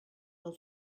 del